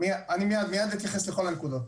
מייד אני אתייחס לכל הנקודות.